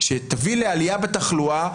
שתביא לעלייה בתחלואה,